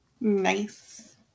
nice